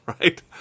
Right